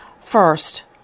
First